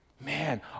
Man